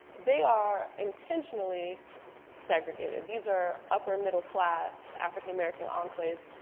they are intentionally segregated. these are upper middle class african american enclaves.